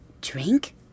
Drink